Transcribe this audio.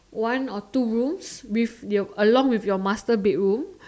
one or two rooms with your along with your master bedroom